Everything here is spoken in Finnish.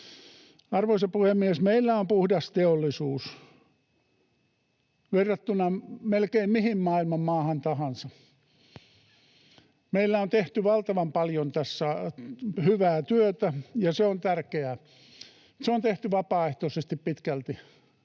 Arvoisa puhemies! Meillä on puhdas teollisuus verrattuna melkein mihin maailman maahan tahansa. Meillä on tehty valtavan paljon tässä hyvää työtä, ja se on tärkeää. Se on tehty pitkälti